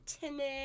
timid